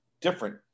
different